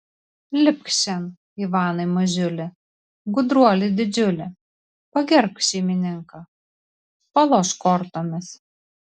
lipk šen ivanai mažiuli gudruoli didžiuli pagerbk šeimininką palošk kortomis